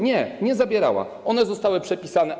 Nie, nie zabierała, one zostały przepisane.